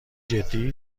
جدی